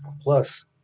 plus